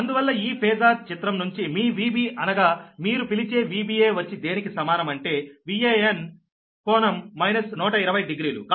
అందువల్ల ఈ పేజార్ చిత్రం నుంచి మీ Vb అనగా మీరు పిలిచే Vba వచ్చి దేనికి సమానం అంటే Van ∟ 1200